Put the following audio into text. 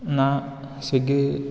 ನಾ ಸ್ವಿಗ್ಗಿ